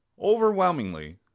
overwhelmingly